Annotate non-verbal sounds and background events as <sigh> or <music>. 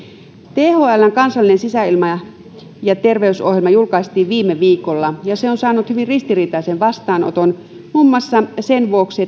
thln kansallinen sisäilma ja ja terveys ohjelma julkaistiin viime viikolla ja se on saanut hyvin ristiriitaisen vastaanoton muun maussa sen vuoksi <unintelligible>